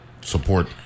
support